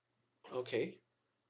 okay